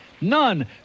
None